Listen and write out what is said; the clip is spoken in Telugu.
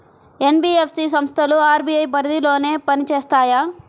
ఎన్.బీ.ఎఫ్.సి సంస్థలు అర్.బీ.ఐ పరిధిలోనే పని చేస్తాయా?